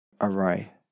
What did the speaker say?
array